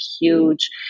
huge